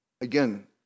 Again